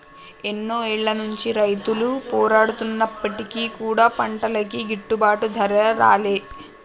ఎన్నో ఏళ్ల నుంచి రైతులు పోరాడుతున్నప్పటికీ కూడా పంటలకి గిట్టుబాటు ధర రాలే